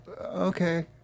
okay